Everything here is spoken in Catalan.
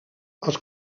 els